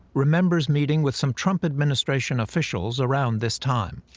remembers meeting with some trump administration officials around this time.